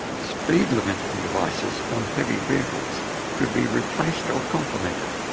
speed limiting devices on heavy vehicles could be replaced or complemented,